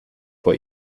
vor